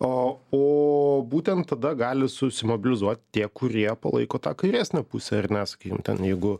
o o būtent tada gali susimobilizuot tie kurie palaiko tą kairesnę pusę ar ne sakykim ten jeigu